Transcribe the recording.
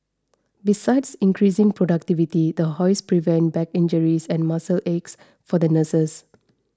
besides increasing productivity the hoists prevent back injuries and muscle aches for the nurses